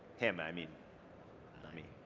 him, i mean, not me.